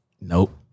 Nope